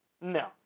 no